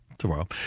Tomorrow